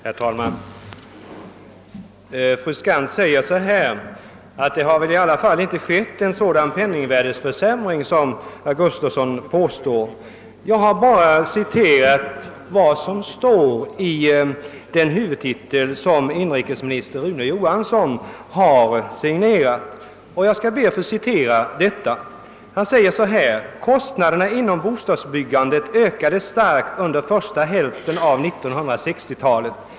Herr talman! Fru Skantz säger att det inte skett någon sådan penningvärdeförsämring som herr Gustavsson talar om. Jag har bara citerat vad som står i den huvudtitel, som inrikesminister Rune Johansson har signerat. Jag ber att få citera honom: »Kostnaderna inom bostadsbyggandet ökade starkt under första hälften av 1960-talet.